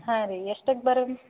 ಹಾಂ ರೀ ಎಷ್ಟಕ್ಕೆ ಬರೋಣ